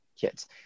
kids